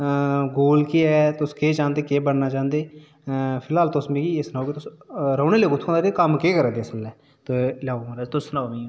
गोल केह् ऐ तुस केह् चांह्दे केह् बनना चांह्दे फिलहाल तुस मिगी एह् सुनओ तुस रौह्ने आह्ले कुत्थूं दे ओ ते कम्म केह् करा दे ओ इस बेल्लै ते लाओ महाराज तुस सुनओ मिगी